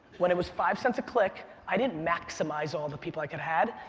when it was five cents a click, i didn't maximize all the people i could've had.